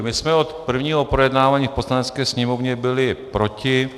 My jsme od prvního projednávání v Poslanecké sněmovně byli proti.